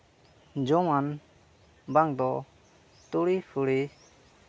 ᱡᱚᱢᱟᱱ ᱵᱟᱝᱫᱚ ᱛᱩᱲᱤ ᱯᱷᱩᱲᱤ